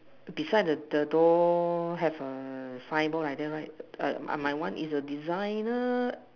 beside the the door have a signboard like that right my one is a designer